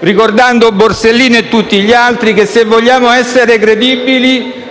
ricordando Borsellino e tutti gli altri, diciamo che, se vogliamo essere credibili,